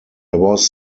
was